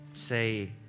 say